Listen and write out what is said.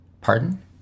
pardon